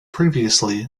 previously